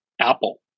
Apple